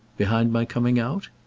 behind my coming out?